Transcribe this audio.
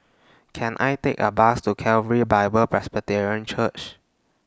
Can I Take A Bus to Calvary Bible Presbyterian Church